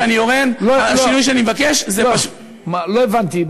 כשאני, השינוי שאני מבקש, לא הבנתי.